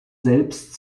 selbst